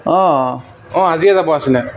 অঁ অঁ আজিয়ে যাব আছিলে